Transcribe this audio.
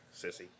Sissy